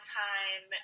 time